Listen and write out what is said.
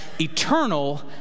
eternal